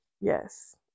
Yes